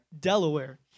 Delaware